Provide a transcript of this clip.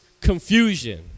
confusion